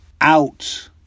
out